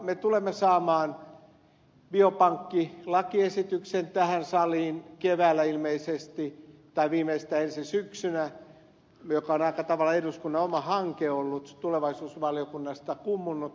me tulemme saamaan jopa kih lakiesitykset tähän saliin keväällä ilmeisesti tai viimeistään ensi syksynä tähän saliin biopankkilakiesityksen joka on aika tavalla eduskunnan oma hanke ollut tulevaisuusvaliokunnasta kummunnut